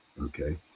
Okay